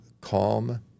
calm